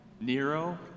Nero